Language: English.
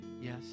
yes